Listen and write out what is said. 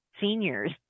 seniors